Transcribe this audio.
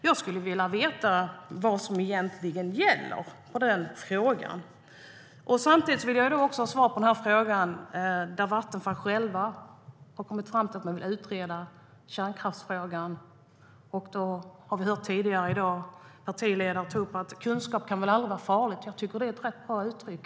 Jag skulle vilja veta vad som egentligen gäller i denna fråga. Vidare har Vattenfall kommit fram till att man vill utreda kärnkraftsfrågan. Tidigare i dag har vi hört partiledare säga att kunskap aldrig kan vara farligt. Jag tycker att det är ett bra uttryck.